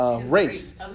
Race